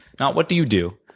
not what do you do.